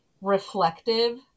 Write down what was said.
reflective